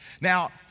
Now